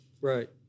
Right